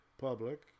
public